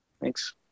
Thanks